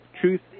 Truth